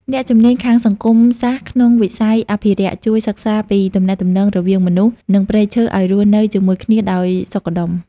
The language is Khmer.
អ្នកជំនាញខាងសង្គមសាស្ត្រក្នុងវិស័យអភិរក្ស ជួយសិក្សាពីទំនាក់ទំនងរវាងមនុស្ស និងព្រៃឈើឱ្យរស់នៅជាមួយគ្នាដោយសុខដុម។